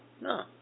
No